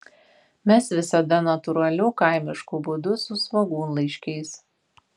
mes visada natūraliu kaimišku būdu su svogūnlaiškiais